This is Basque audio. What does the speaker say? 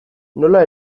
nola